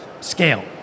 scale